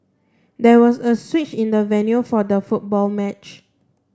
there was a switch in the venue for the football match